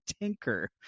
tinker